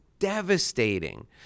devastating